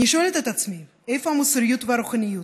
אני שואלת את עצמי: איפה המוסריות והרוחניות?